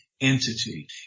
entity